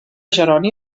jeroni